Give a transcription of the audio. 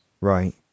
Right